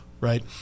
Right